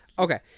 Okay